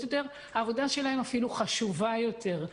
יותר שהעבודה שלהם אולי אפילו חשובה יותר,